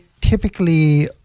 typically